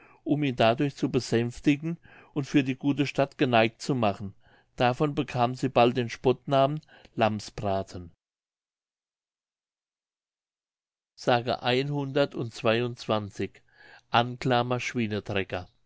um ihn dadurch zu besänftigen und für die gute stadt geneigt zu machen davon bekamen sie bald den spottnamen lammsbraten